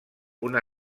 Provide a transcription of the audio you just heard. una